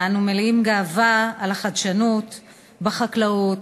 ואנו מלאים גאווה על החדשנות בחקלאות,